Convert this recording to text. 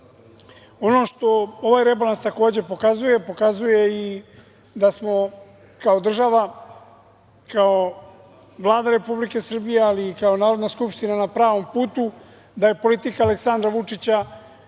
što ovaj rebalans takođe pokazuje, pokazuje i da smo kao država, kao Vlada Republike Srbije, ali i kao Narodna skupština, na pravom putu, da je politika Aleksandra Vučića